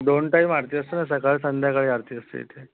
दोन टाईम आरती असते सकाळ संध्याकाळी आरती असते इथे